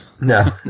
no